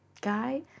guy